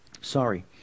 sorry